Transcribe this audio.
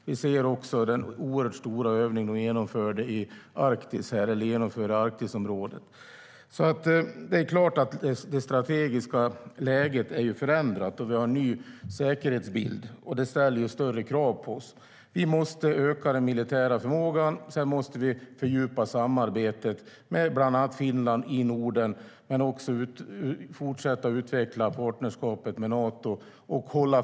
Vi ser också den stora övning man genomför i Arktis. Det strategiska läget är förändrat, och vi har en ny säkerhetsbild. Det ställer större krav på oss. Vi måste öka den militära förmågan och fördjupa samarbetet med bland annat Finland i Norden. Vi måste också fortsätta att utveckla partnerskapet med Nato.